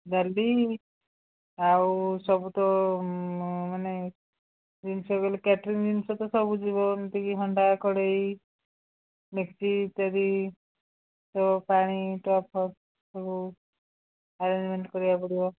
ଜାଲି ଆଉ ସବୁ ତ ମାନେ ଜିନିଷ କଇଲେ କ୍ୟାଟ୍ରିଙ୍ଗ ଜିନିଷ ତ ସବୁ ଯିବ ଏମତିକି ହଣ୍ଡା କଡ଼େଇ ଡେକ୍ଚି ଇତ୍ୟାଦି ପାଣି ଟପ ଫପ ସବୁ ଆରେଞ୍ଜମେଣ୍ଟ କରିବାକୁ ପଡ଼ିବ